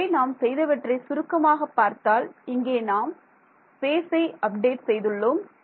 இதுவரை நாம் செய்தவற்றை சுருக்கமாக பார்த்தால் இங்கே நாம் ஸ்பேஸை அப்டேட் செய்துள்ளோம்